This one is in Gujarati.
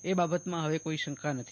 એ બાબતમાં હવે કોઇ શંકા નથી